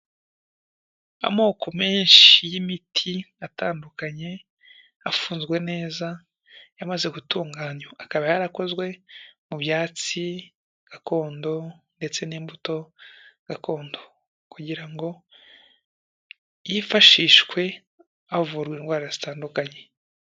Amoko menshi y'imiti atandukanye afunzwe neza yamaze gutunganywa, akaba yarakozwe mu byatsi gakondo ndetse n'imbuto gakondo kugira ngo yifashishwe havurwa indwara zitandukanye.